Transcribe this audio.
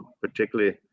particularly